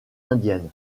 indienne